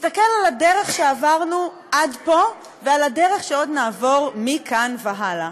להסתכל על הדרך שעברנו עד פה ועל הדרך שעוד נעבור מכאן והלאה.